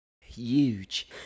Huge